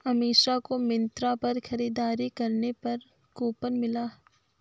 अमीषा को मिंत्रा पर खरीदारी करने पर कूपन मिला